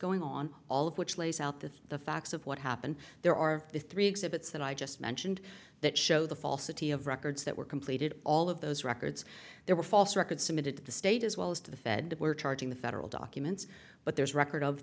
going on all of which lays out the the facts of what happened there are the three exhibits that i just mentioned that show the falsity of records that were completed all of those records there were false records submitted to the state as well as to the fed that were charging the federal documents but there's a record of